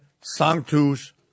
Sanctus